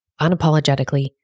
unapologetically